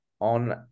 on